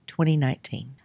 2019